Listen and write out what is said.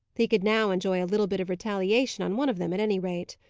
he could now enjoy a little bit of retaliation on one of them, at any rate.